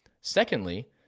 Secondly